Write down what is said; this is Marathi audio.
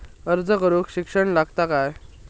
अर्ज करूक शिक्षण लागता काय?